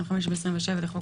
25 ו-27 לחוק